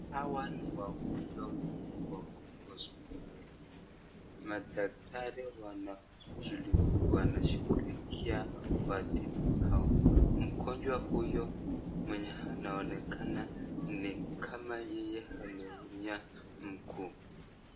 Hawa ni wagonjwa wenye wako hosiptalini, wadaktari wanashughulikia kuwatibu hawa, Mgonjwa huyo mwenye anaonekana ni kama yeye ameumia mguu.